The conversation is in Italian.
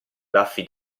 baffi